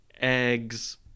eggs